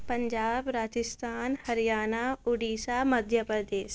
Punjab Rajasthan Haryana Orissa Madhya Pradesh